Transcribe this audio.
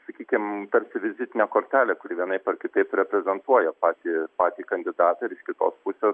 sakykim tarsi vizitinė kortelė kuri vienaip ar kitaip reprezentuoja patį patį kandidatą ir iš kitos pusės